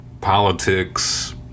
...politics